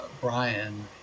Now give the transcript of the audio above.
Brian